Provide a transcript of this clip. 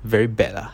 very bad lah